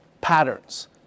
patterns